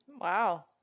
Wow